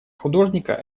художника